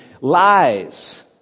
lies